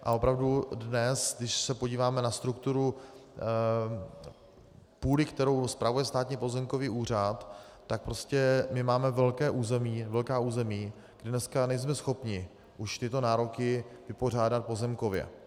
A opravdu dnes, když se podíváme na strukturu půdy, kterou spravuje Státní pozemkový úřad, tak prostě my máme velká území, dneska nejsme schopni už tyto nároky vypořádat pozemkově.